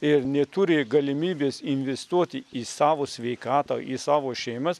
ir neturi galimybės investuoti į savo sveikatą į savo šeimas